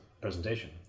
presentation